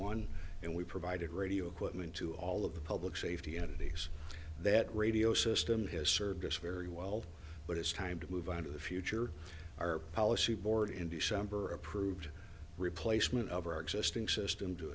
one and we provided radio equipment to all of the public safety entities that radio system has served us very well but it's time to move on to the future our policy board in december approved replacement of our existing system to